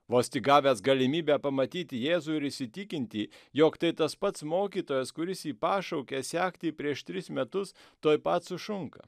vos tik gavęs galimybę pamatyti jėzų ir įsitikinti jog tai tas pats mokytojas kuris jį pašaukė sekti prieš tris metus tuoj pat sušunka